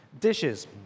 dishes